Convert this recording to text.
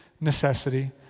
necessity